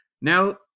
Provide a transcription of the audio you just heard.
Now